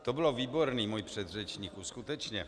To bylo výborné, můj předřečníku, skutečně.